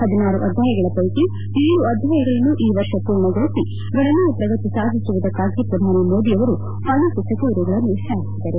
ಹದಿನಾರು ಅಧ್ವಾಯಗಳ ಪೈಕಿ ಏಳು ಅಧ್ವಾಯಗಳನ್ನು ಈ ವರ್ಷ ಪೂರ್ಣಗೊಳಿಸಿ ಗಣನೀಯ ಪ್ರಗತಿ ಸಾಧಿಸಿರುವುದಕ್ಕಾಗಿ ಪ್ರಧಾನಿ ಮೋದಿ ಅವರು ವಾಣಿಜ್ಯ ಸಚಿವರುಗಳನ್ನು ಶ್ಲಾಘಿಸಿದರು